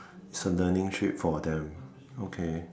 it's a learning trip for them okay